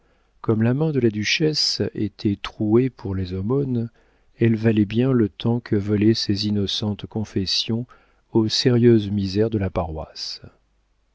comme la main de la duchesse était trouée pour les aumônes elle valait bien le temps que volaient ses innocentes confessions aux sérieuses misères de la paroisse